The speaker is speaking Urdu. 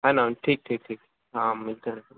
ہے نا ٹھیک ٹھیک ٹھیک ہاں ملتے ہیں پھر